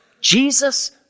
Jesus